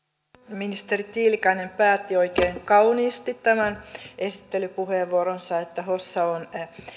ministeri tiilikainen päätti oikein kauniisti tämän esittelypuheenvuoronsa niin että hossa on